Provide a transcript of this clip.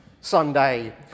Sunday